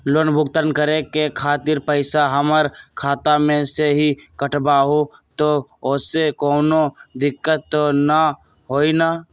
Loan भुगतान करे के खातिर पैसा हमर खाता में से ही काटबहु त ओसे कौनो दिक्कत त न होई न?